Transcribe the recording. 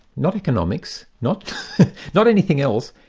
not economics, not not anything else,